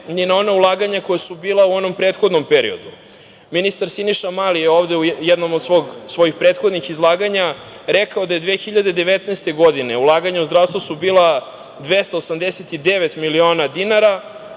i ona ona ulaganja koja su bila u onom prethodnom periodu. Ministar Siniša Mali je u jednom od svojih prethodnih izlaganja rekao da je 2019. godine ulaganja u zdravstvo su bila 289 milijardi dinara,